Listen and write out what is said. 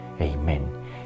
Amen